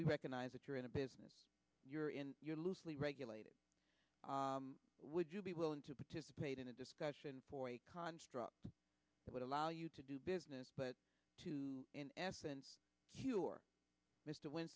we recognise that you're in a business you're in your loosely regulated would you be willing to participate in a discussion for a construct that would allow you to do business but to in essence you're mr w